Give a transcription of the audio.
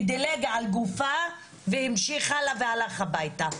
ודילג על גופה והמשיך הלאה והלך הביתה.